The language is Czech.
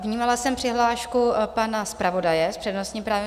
Vnímala jsem přihlášku pana zpravodaje s přednostním právem.